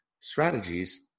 strategies